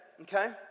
Okay